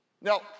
Now